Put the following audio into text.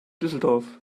düsseldorf